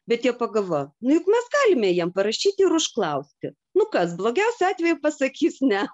bet jie pagalvojo nu juk mes galime jiem parašyti ir užklausti nu kas blogiausiu atveju pasakys ne